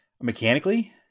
Mechanically